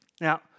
Now